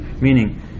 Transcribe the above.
Meaning